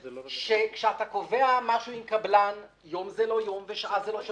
יודע שכאשר אתה קובע משהו עם קבלן יום זה לא יום ושעה זה לא שעה.